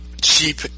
cheap